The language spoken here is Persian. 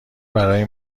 برای